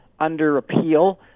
underappeal